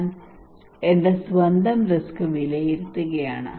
ഞാൻ എന്റെ സ്വന്തം റിസ്ക് വിലയിരുത്തുകയാണ്